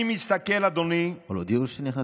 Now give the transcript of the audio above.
אני מסתכל, אדוני, אבל הודיעו שניכנס להידברות.